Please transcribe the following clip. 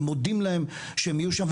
ומודים להם שהם יהיו שם,